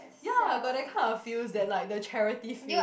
ya got that kind of feels that like the charity feel